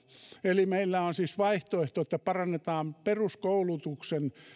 eli meillä on siis vaihtoehto parannetaan peruskoulutuksen